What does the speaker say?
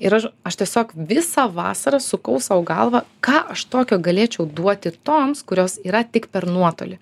ir aš aš tiesiog visą vasarą sukau sau galvą ką aš tokio galėčiau duoti toms kurios yra tik per nuotolį